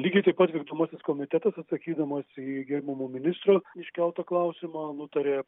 lygiai taip pat vykdomasis komitetas atsakydamas į gerbiamo ministro iškeltą klausimą nutarė